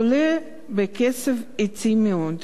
עולה בקצב אטי מאוד.